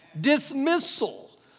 dismissal